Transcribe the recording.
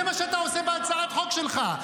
זה מה שאתה עושה בהצעת חוק שלך,